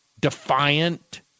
defiant